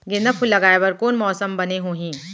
गेंदा फूल लगाए बर कोन मौसम बने होही?